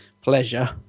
pleasure